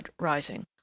rising